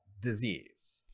disease